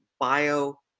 bio